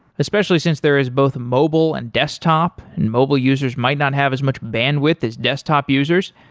especially since there is both mobile and desktop and mobile users might not have as much bandwidth as desktop users.